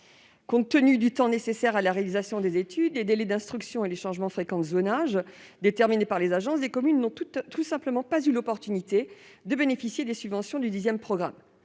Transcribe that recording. Compte tenu du temps nécessaire à la réalisation des études, des délais d'instruction et des fréquents changements des zonages déterminés par les agences, les communes n'ont tout simplement pas pu bénéficier des subventions du dixième programme.